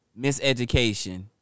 Miseducation